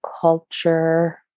culture